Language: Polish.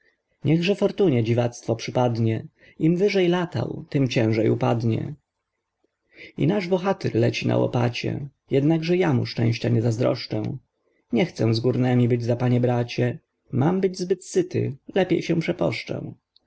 fortunie dziwactwo przypadnie im wyżej latał tym ciężej upadnie i nasz bohatyr leci na łopacie jednakże ja mu szczęścia nie zazdroszczę nie chcę z górnemi być za panie bracie mam być zbyt syty lepiej się